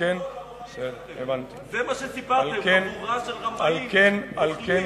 זה מה שסיפרתם בבחירות לבוחרים שלכם.